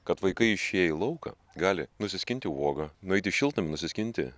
kad vaikai išėję į lauką gali nusiskinti uogą nueiti į šiltnamį nusiskinti